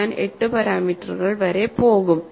ഞാൻ 8 പാരാമീറ്ററുകൾ വരെ പോകും